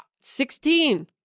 Sixteen